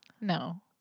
No